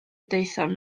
daethom